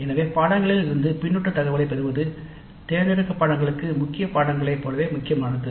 எனவே பாடநெறிகளிடமிருந்து பின்னூட்டத் தகவலைப் பெறுவது தேர்ந்தெடுக்கப்பட்ட பாடநெறிகளுக்கு முக்கிய பாடநெறிகளைப் போலவே முக்கியமானது